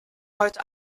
heute